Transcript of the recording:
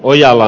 ojala